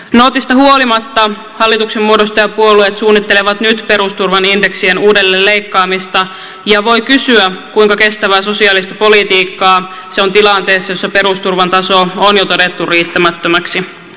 nootista huolimatta hallituksenmuodostajapuolueet suunnittelevat nyt perusturvan indeksien uudelleen leikkaamista ja voi kysyä kuinka kestävää sosiaalista politiikkaa se on tilanteessa jossa perusturvan taso on jo todettu riittämättömäksi